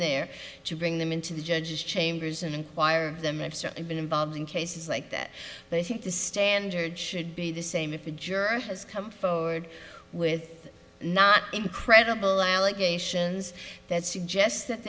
there to bring them into the judge's chambers and fire them i've certainly been involved in cases like that but i think the standard should be the same if a juror has come forward with not incredible allegations that suggests that